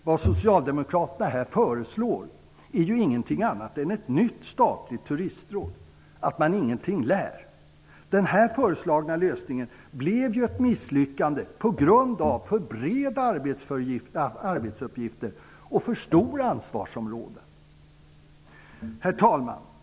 Vad Socialdemokraterna här föreslår är ju ingenting annat än ett nytt statligt turistråd. Att man ingenting lär! Den här föreslagna lösningen blev ju ett misslyckande på grund av för breda arbetsuppgifter och för stora ansvarsområden. Herr talman!